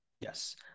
yes